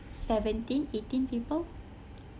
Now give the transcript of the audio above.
seventeen eighteen people